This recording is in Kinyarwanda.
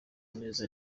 neza